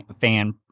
fan